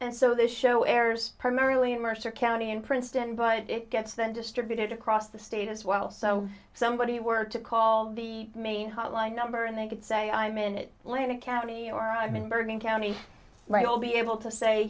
and so this show airs primarily in mercer county in princeton but it gets them distributed across the state as well so if somebody were to call the main hotline number and they could say i'm in it landed county or i mean bergen county right i'll be able to say